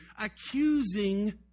accusing